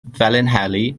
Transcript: felinheli